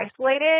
isolated